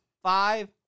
Five